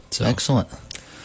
Excellent